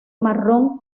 marrón